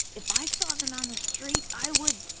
if i saw them on the street, i would,